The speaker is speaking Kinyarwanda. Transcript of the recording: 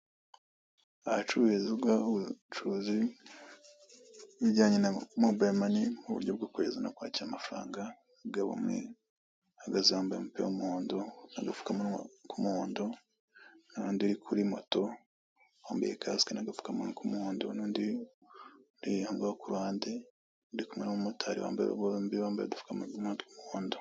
ahacuru ubwohocuruzi ijyanye mobile money mu buryo bwo kweza no kwakira amafarangagabo umwegaze wambaye umupi w'umuhondo agapfukamaumuhondoaban uri kuri moto wambaye kas nagapfukamuwa k'umuhondo n'undi umbo ku ruhande ndi kumwe n'umumotari wambaye bombi wambaye udupfuma tw'umuhondo